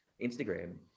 Instagram